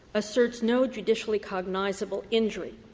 asserts no judicially cognizable injury.